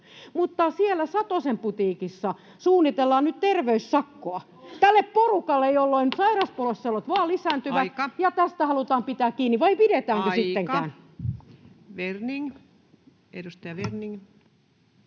mutta siellä Satosen putiikissa suunnitellaan nyt terveyssakkoa tälle porukalle, [Eduskunnasta: Ohhoh!] jolloin sairaspoissaolot vain lisääntyvät, ja tästä halutaan pitää kiinni. [Puhemies: Aika!] Vai pidetäänkö sittenkään? Edustaja Werning.